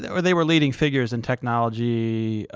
they were they were leading figures in technology,